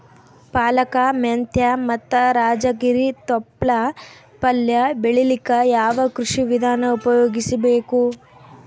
ಪಾಲಕ, ಮೆಂತ್ಯ ಮತ್ತ ರಾಜಗಿರಿ ತೊಪ್ಲ ಪಲ್ಯ ಬೆಳಿಲಿಕ ಯಾವ ಕೃಷಿ ವಿಧಾನ ಉಪಯೋಗಿಸಿ ಬೇಕು?